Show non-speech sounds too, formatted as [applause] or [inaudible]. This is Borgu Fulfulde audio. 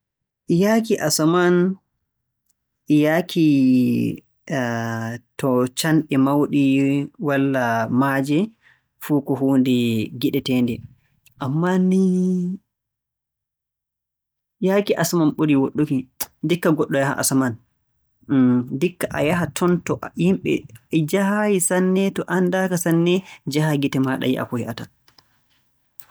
Yahki asaman e yahki [hesitation] to caanɗi mawɗi walla maaje, fuu ko huunde giɗeteende. Ammaa ni, yahki asaman burii woɗɗuki. [noise] Ndikka goɗɗo yaha asaman. Hmn, ndikka a yaha ton to a - yimɓe - ɓe njahaayi sanne, to anndaaka sanne, njahaa gite maaɗa yi'a ko yi'ata.